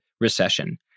recession